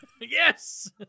Yes